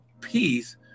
peace